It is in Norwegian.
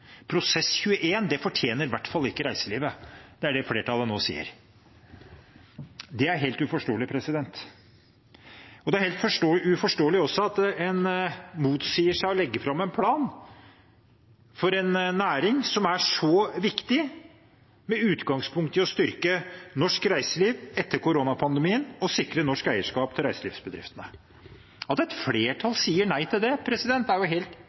prosess for de aller fleste andre områder for å hente inn kunnskap og vurderinger som gjør at en kan bygge gode konklusjoner for framtiden. Flertallet sier nei, det vil de ikke være med på. En «prosess 21» fortjener i hvert fall ikke reiselivet; det er det flertallet nå sier. Det er helt uforståelig. Det er også helt uforståelig at en motsier å legge fram en plan for en næring som er så viktig, med utgangspunkt i å styrke